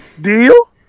Deal